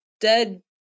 dead